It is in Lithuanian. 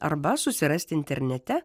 arba susirasti internete